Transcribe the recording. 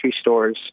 stores